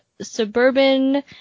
suburban